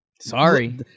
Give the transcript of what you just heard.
Sorry